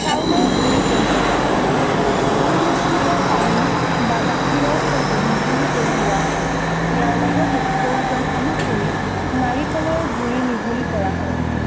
চাউলৰ গুৰিখিনি গুড় মিশ্ৰিত পানী বা গাখীৰৰ সৈতে মিহলি কৰি লোৱা হয় ইয়াৰ লগতে প্ৰয়োজন অনুসৰি নাৰিকলৰ গুৰি মিহলি কৰা হয়